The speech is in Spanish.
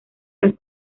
las